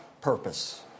purpose